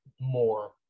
more